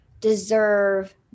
deserve